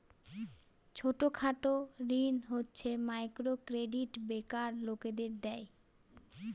ছোট খাটো ঋণ হচ্ছে মাইক্রো ক্রেডিট বেকার লোকদের দেয়